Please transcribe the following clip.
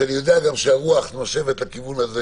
שאני יודע גם שהרוח נושבת לכיוון הזה